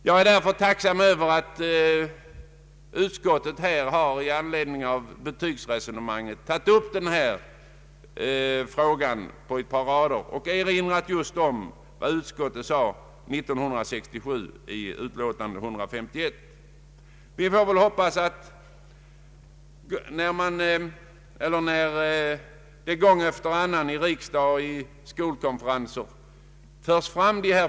Jag är därför tacksam över att utskottet, i anledning av betygsresonemanget, behandlat denna fråga på ett par rader och erinrat om just vad utskottet anförde i sitt utlåtande nr 151 år 1967. När dessa synpunkter förs fram i riksdagen, på skol konferenser etc.